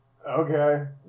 Okay